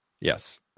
Yes